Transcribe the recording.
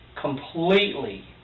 completely